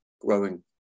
growing